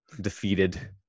defeated